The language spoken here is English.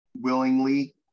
willingly